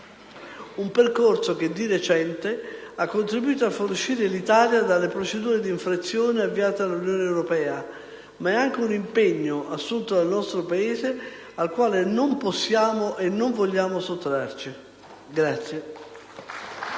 un percorso che, di recente, ha contribuito a far uscire l'Italia dalla procedura di infrazione avviata dall'Unione europea, ma è anche un impegno assunto dal nostro Paese al quale non possiamo e non vogliamo sottrarci.